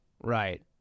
Right